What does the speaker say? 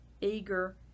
Eager